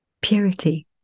purity